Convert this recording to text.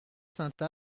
sainte